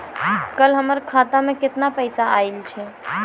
कल हमर खाता मैं केतना पैसा आइल छै?